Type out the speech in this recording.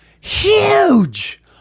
huge